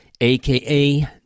aka